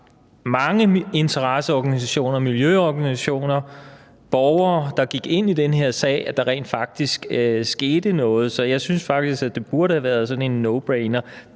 mange interesseorganisationer, miljøorganisationer og borgere, der gik ind i den her sag, at der rent faktisk skete noget. Jeg synes faktisk, at det burde være en nobrainer.